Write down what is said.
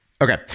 Okay